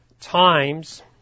times